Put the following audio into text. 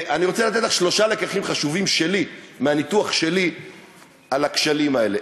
אני רוצה לתת לך שלושה לקחים חשובים שלי מהניתוח שלי על הכשלים האלה.